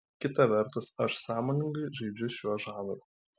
kita vertus aš sąmoningai žaidžiu šiuo žanru